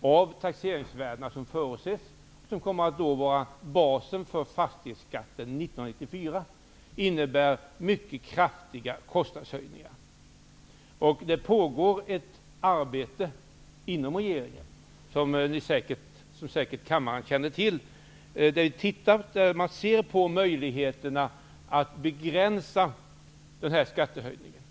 av taxeringsvärdena som förutsätts utgöra basen för fastighetsskatten 1994 innebär mycket kraftiga kostnadsökningar. Det pågår ett arbete inom regeringen, vilket kammaren säkert känner till. Man undersöker möjligheterna att begränsa skattehöjningen.